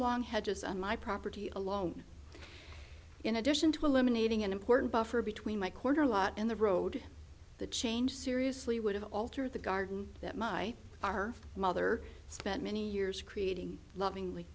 long hedges on my property alone in addition to eliminating an important buffer between my corner lot and the road the change seriously would have altered the garden that my our mother spent many years creating loving